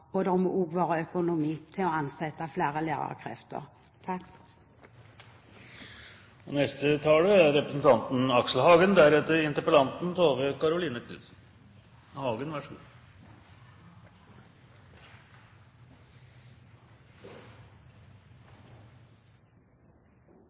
og det må også være økonomi til å ansette flere lærerkrefter. Takk for interessant interpellasjon, et godt statsrådssvar og